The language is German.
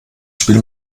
spiel